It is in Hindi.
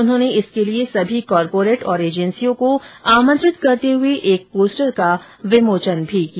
उन्होंने इसके लिए सभी कॉर्पोरेट और एजेंसियों को आमंत्रित करते हुए एक पोस्टर का विमोचन भी किया